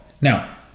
Now